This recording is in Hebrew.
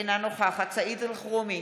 אינה נוכחת סעיד אלחרומי,